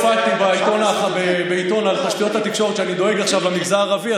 הופעתי בעיתון על תשתיות התקשורת שאני דואג להן עכשיו למגזר הערבי.